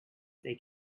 they